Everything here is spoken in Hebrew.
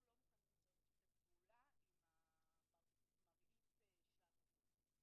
לא מוכנים יותר לשתף פעולה עם מראית השווא הזאת.